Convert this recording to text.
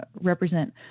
represent